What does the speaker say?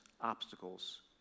obstacles